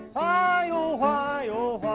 why, oh why, oh